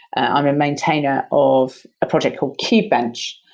i'm a maintainer of a project called kube-bench,